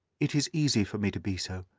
it is easy for me to be so,